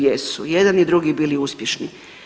Jesu, i jedan i drugi bili uspješni.